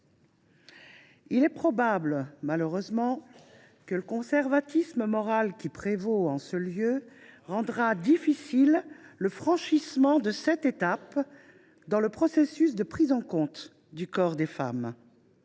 Il est probable, hélas, que le conservatisme moral qui prévaut en ce lieu… Et voilà !… rende difficile le franchissement de cette étape dans le processus de prise en compte du corps des femmes.